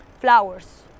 flowers